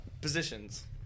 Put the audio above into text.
Positions